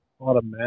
automatic